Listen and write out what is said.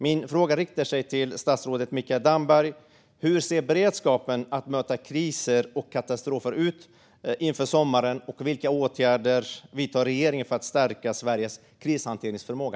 Min fråga riktar sig till statsrådet Mikael Damberg: Hur ser beredskapen att möta kriser och katastrofer ut inför sommaren, och vilka åtgärder vidtar regeringen för att stärka Sveriges krishanteringsförmåga?